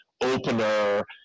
opener